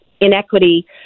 inequity